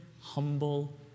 humble